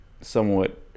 somewhat